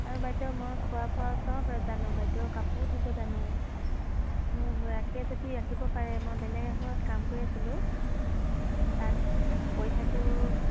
আৰু বাইদেউ মই খোৱা বোৱা চব জানো বাইদেউ কাপোৰো ধুব জানো মোক ৰাখে যদি ৰাখিব পাৰে মই বেলেগ এঘৰত কাম কৰি আছিলোঁ তাত পইছাটো